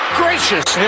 gracious